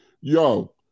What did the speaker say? yo